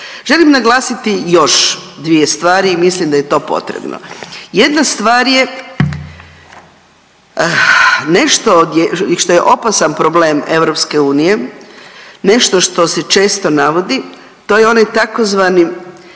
Želim naglasiti još dvije stvari i mislim da je to potrebno. Jedna stvar je nešto što je opasan problem EU, nešto što se često navodi, to je onaj tzv.